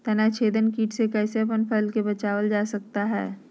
तनाछेदक किट से कैसे अपन फसल के बचाया जा सकता हैं?